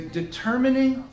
determining